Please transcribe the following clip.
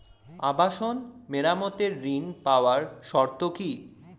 আবাসন মেরামতের ঋণ পাওয়ার শর্ত কি?